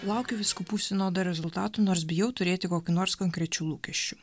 laukiu vyskupų sinodo rezultatų nors bijau turėti kokių nors konkrečių lūkesčių